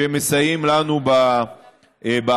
שמסייעים לנו באכיפה.